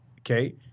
okay